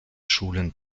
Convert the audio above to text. schulen